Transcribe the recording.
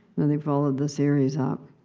then they followed the series up.